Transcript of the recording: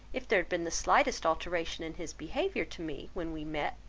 if there had been the slightest alteration in his behaviour to me when we met,